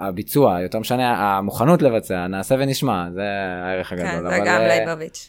הביצוע יותר משנה המוכנות לבצע נעשה ונשמע, זה הערך הגדול,